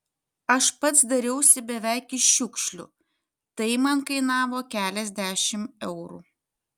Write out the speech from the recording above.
aš pats dariausi beveik iš šiukšlių tai man kainavo keliasdešimt eurų